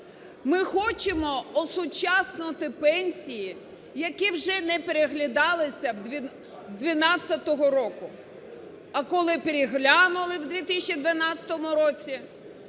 Ми хочемо осучаснити пенсії, які вже не переглядалися з 2012 року. А коли переглянули в 2012 році,